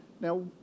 Now